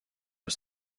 aux